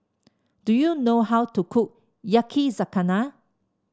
do you know how to cook Yakizakana